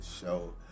show